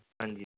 ਹਾਂਜੀ